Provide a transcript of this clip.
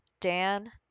Dan